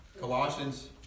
Colossians